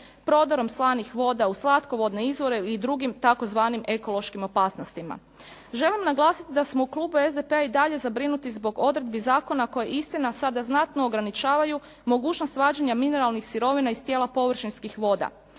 prodorom slanih voda u slatkovodne izvore i drugim tzv. ekološkim opasnostima. Želim naglasiti da smo u klubu SDP-a i dalje zabrinuti zbog odredbi zakona koji istina sada znatno ograničavaju mogućnost vađenja mineralnih sirovina iz tijela površinskih voda.